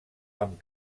amb